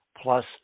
plus